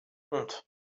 honte